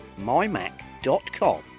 mymac.com